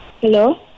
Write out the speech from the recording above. Hello